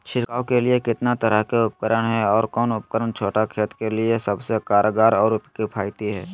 छिड़काव के लिए कितना तरह के उपकरण है और कौन उपकरण छोटा खेत के लिए सबसे कारगर और किफायती है?